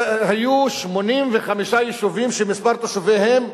היו 85 יישובים שמספר תושביהם,